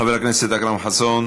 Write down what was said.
חבר הכנסת אכרם חסון,